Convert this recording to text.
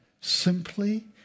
simply